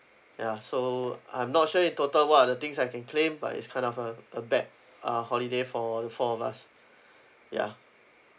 ya so I'm not sure in total what are the things I can claim but is kind of uh a bad uh holiday for the four of us ya